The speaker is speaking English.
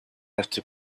after